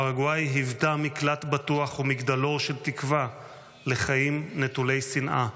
פרגוואי היוותה מקלט בטוח ומגדלור של תקווה לחיים נטולי שנאה.